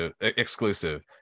exclusive